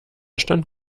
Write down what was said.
stand